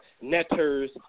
netters